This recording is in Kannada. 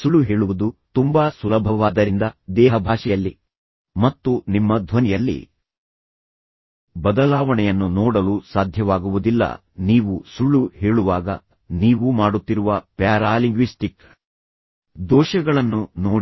ಸುಳ್ಳು ಹೇಳುವುದು ತುಂಬಾ ಸುಲಭವಾದ್ದರಿಂದ ದೇಹಭಾಷೆಯಲ್ಲಿ ಮತ್ತು ನಿಮ್ಮ ಧ್ವನಿಯಲ್ಲಿ ಬದಲಾವಣೆಯನ್ನು ನೋಡಲು ಸಾಧ್ಯವಾಗುವುದಿಲ್ಲ ನೀವು ಸುಳ್ಳು ಹೇಳುವಾಗ ನೀವು ಮಾಡುತ್ತಿರುವ ಪ್ಯಾರಾಲಿಂಗ್ವಿಸ್ಟಿಕ್ ದೋಷಗಳನ್ನು ನೋಡಿ